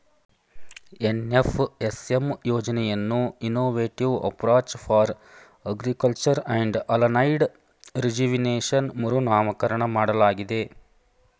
NFSM ಯೋಜನೆಯನ್ನು innovative approach for agriculture and aligned rejuvenation ಮರುನಾಮಕರಣ ಮಾಡಲಾಗಿದೆ